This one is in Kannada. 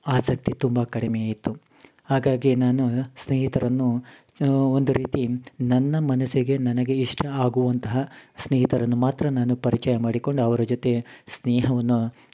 ಆಸಕ್ತಿ ತುಂಬಾ ಕಡಿಮೆಯೆ ಇತ್ತು ಹಾಗಾಗಿ ನಾನು ಸ್ನೇಹಿತರನ್ನು ಸ ಒಂದು ರೀತಿ ನನ್ನ ಮನಸ್ಸಿಗೆ ನನಗೆ ಇಷ್ಟ ಆಗುವಂತಹ ಸ್ನೇಹಿತರನ್ನು ಮಾತ್ರ ನಾನು ಪರಿಚಯ ಮಾಡಿಕೊಂಡು ಅವರ ಜೊತೆ ಸ್ನೇಹವನು